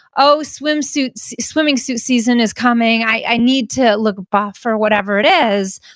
oh, swimming suit so swimming suit season is coming, i need to look buff, or whatever it is.